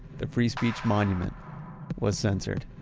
the free speech monument was censored.